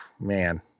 man